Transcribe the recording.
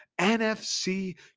NFC